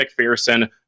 McPherson